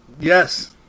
Yes